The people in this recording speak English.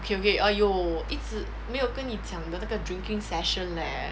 okay !aiyo! 一直没有跟你讲的那个 drinking session leh